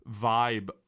vibe